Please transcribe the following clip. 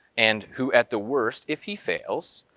and who at the worst, if he fails,